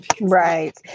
Right